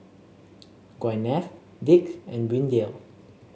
Gwyneth Dick and Windell